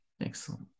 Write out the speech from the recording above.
excellent